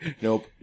Nope